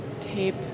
Tape